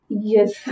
yes